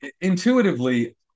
intuitively